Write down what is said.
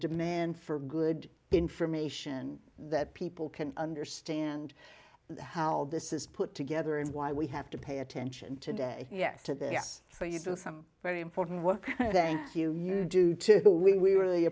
demand for good information that people can understand how this is put together and why we have to pay attention today yes to the yes for you to some very important work thank you you do too well we really